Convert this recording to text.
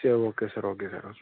சரி okay sir okay sir okay